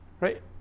right